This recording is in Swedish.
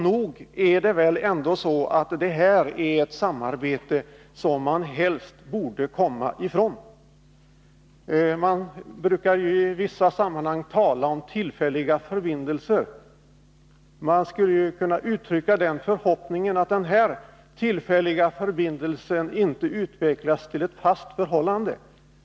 Nog är det väl fråga om ett samarbete som man helst bör komma ifrån. Det talas i vissa sammanhang om tillfälliga förbindelser. I detta fall kan man uttala förhoppningen att den tillfälliga förbindelsen mellan FIB Aktuellt och arméstaben inte utvecklas till ett fast förhållande.